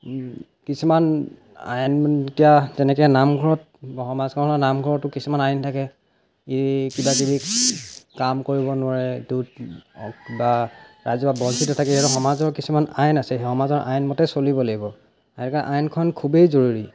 কিছুমান আইন এতিয়া তেনেকৈ নামঘৰত সমাজখনৰ নামঘৰতো কিছুমান আইন থাকে এই কিবা কিবি কাম কৰিব নোৱাৰে বা ৰাজহুৱা বঞ্চিত থাকে সমাজত কিছুমান আইন আছে সেই সামজত আইন মতে চলিব লাগিব এনেকৈ আইনখন খুবেই জৰুৰী